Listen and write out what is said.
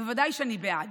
בוודאי שאני בעד.